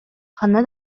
ханна